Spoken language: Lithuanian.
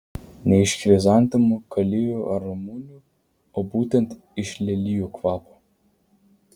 ne iš chrizantemų kalijų ar ramunių o būtent iš lelijų kvapo